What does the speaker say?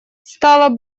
стало